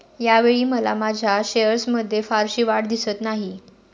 यावेळी मला माझ्या शेअर्समध्ये फारशी वाढ दिसत नाही